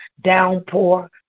downpour